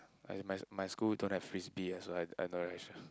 as in my my school don't have frisbee ah so I I don't I not really sure